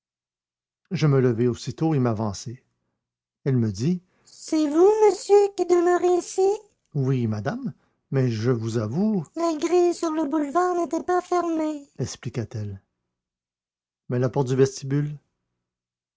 je me levai aussitôt et m'avançai elle me dit c'est vous monsieur qui demeurez ici oui madame mais je vous avoue la grille sur le boulevard n'était pas fermée expliqua t elle mais la porte du vestibule